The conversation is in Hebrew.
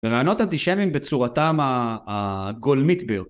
ורעיונות אנטישמים בצורתם הגולמית ביותר.